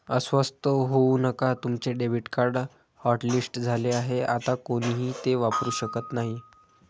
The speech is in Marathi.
अस्वस्थ होऊ नका तुमचे डेबिट कार्ड हॉटलिस्ट झाले आहे आता कोणीही ते वापरू शकत नाही